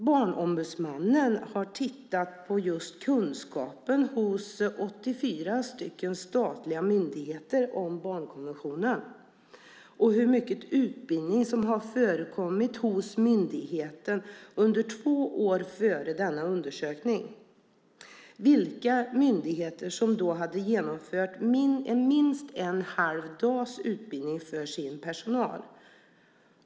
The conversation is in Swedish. Barnombudsmannen har tittat på just kunskapen om barnkonventionen hos 84 statliga myndigheter, hur mycket utbildning som har förekommit hos myndigheten under två år före denna undersökning och vilka myndigheter som hade genomfört minst en halv dags utbildning för sin personal.